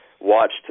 watched